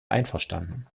einverstanden